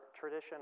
tradition